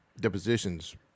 depositions